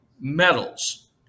metals